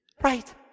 Right